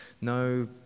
no